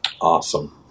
Awesome